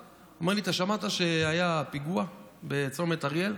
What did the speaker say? אחרי חצי שעה אני מקבל טלפון מחבר שלי שלמד בישיבה בעבר.